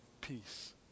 Peace